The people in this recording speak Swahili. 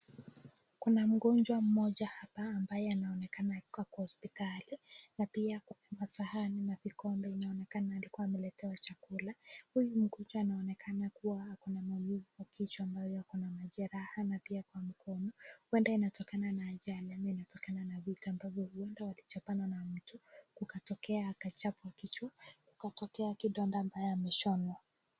Kuna mgonjwa mmoja hapa ambaye anaonekana ako kwa hospitali na pia kuna sahani na vikombe, inaonekana alikuwa ameletewa chakula. Huyu mgonjwa anaonekana kuwa ako na maumivu ya kichwa ambayo ako na majeraha na pia kwa mkono. Huenda inatokana na ajali ama inatokana na vita ambavyo huenda walichapana na mtu, kukatokea akachapwa kichwa, kukatokea kidonda ambaye ameshonwa.